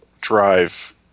drive